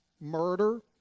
murder